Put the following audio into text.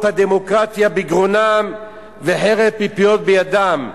הדמוקרטיה בגרונם וחרב פיפיות בידם.